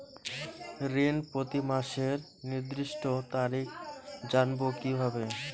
ঋণ প্রতিমাসের নির্দিষ্ট তারিখ জানবো কিভাবে?